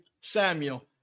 Samuel